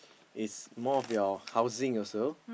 is more of your housing also